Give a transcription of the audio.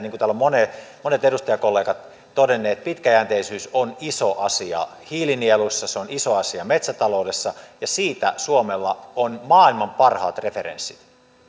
niin kuin täällä ovat monet edustajakollegat todenneet pitkäjänteisyys on iso asia hiilinieluissa se on iso asia metsätaloudessa ja siitä suomella on maailman parhaat referenssit